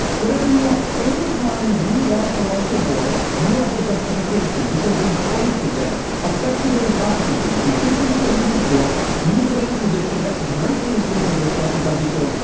whatever you want. anytime you want to launch a war, you have the justification because you placed it there effectively hostages. these people you say you support, you put in a position that greatly increases the chances they'll be killed.